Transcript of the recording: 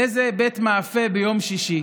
באיזה בית מאפה ביום שישי.